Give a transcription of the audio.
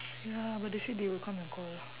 ya but they say they will come and call